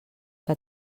que